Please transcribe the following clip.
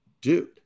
dude